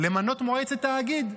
למנות מועצת תאגיד.